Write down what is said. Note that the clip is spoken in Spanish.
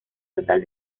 total